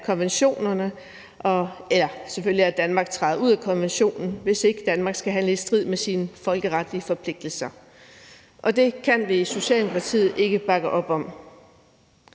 af konventionen, og ja, at Danmark selvfølgelig træder ud af konventionen, hvis ikke Danmark skal handle i strid med sine folkeretlige forpligtelser, og det kan vi i Socialdemokratiet ikke bakke op om.